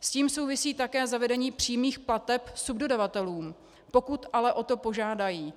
S tím souvisí také zavedení přímých plateb subdodavatelům, pokud ale o to požádají.